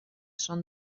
són